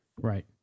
Right